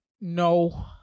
No